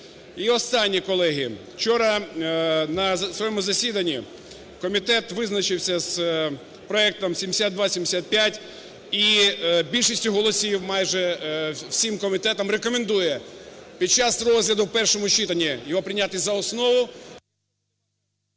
останнє, колеги. Вчора на своєму засіданні комітет визначився із проектом 7275 і більшістю голосів, майже всім комітетом рекомендує під час розгляду у першому читанні його прийняти за основу…